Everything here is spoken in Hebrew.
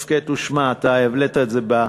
הסכת ושמע, העלית את זה גם בנאומך,